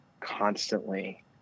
constantly